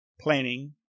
planning